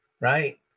right